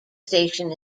station